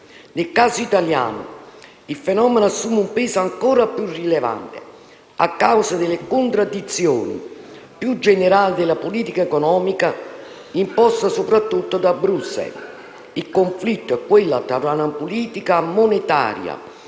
Nel caso italiano, il fenomeno assume un peso ancor più rilevante a causa delle contraddizioni più generali della politica economica imposta soprattutto da Bruxelles. Il conflitto è quello tra una politica monetaria